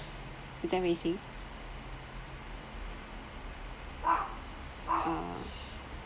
is that what you're saying uh